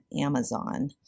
Amazon